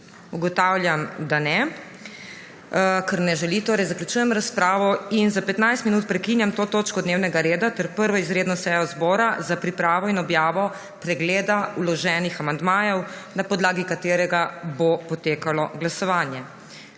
Ugotavljam, da ne. Zaključujem razpravo. Za 15 minut prekinjam to točko dnevnega reda ter 1. izredno sejo zbora za pripravo in objavo pregleda vloženih amandmajev, na podlagi katerega bo potekalo glasovanje.